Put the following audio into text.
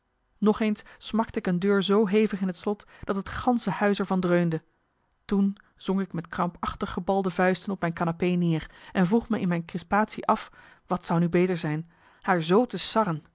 nog eens smakte ik een deur zoo hevig in het marcellus emants een nagelaten bekentenis slot dat het gansche huis er van dreunde toen zonk ik met krampachtig gebalde vuisten op mijn canapé neer en vroeg me in mijn crispatie af wat zou nu beter zijn haar z te